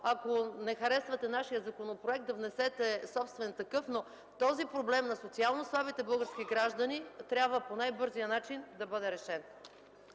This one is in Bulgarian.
Ако не харесвате нашия законопроект, внесете собствен такъв, но този проблем на социално слабите български граждани трябва по най-бърз начин да бъде решен.